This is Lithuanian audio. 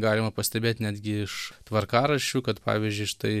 galima pastebėt netgi iš tvarkaraščių kad pavyzdžiui štai